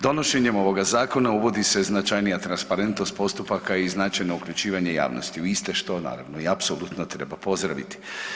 Donošenjem ovoga zakona uvodi se značajnija transparentnost postupaka i značajno uključivanje javnosti ... što naravno i apsolutno treba pozdraviti.